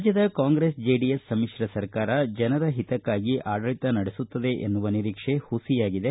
ರಾಜ್ಯದ ಕಾಂಗ್ರೆಸ್ ಚೆಡಿಎಸ್ ಸಮಿಶ್ರ ಸರ್ಕಾರವು ಜನರ ಹಿತಕ್ಕಾಗಿ ಆಡಳತ ನಡೆಸುತ್ತದೆ ಎನ್ನುವ ನಿರೀಕ್ಷೆ ಪುಸಿಯಾಗಿದೆ